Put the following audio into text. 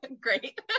Great